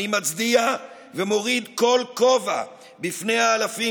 אני מצדיע ומוריד כל כובע בפני האלפים